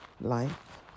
life